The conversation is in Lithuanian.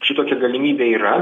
šitokia galimybė yra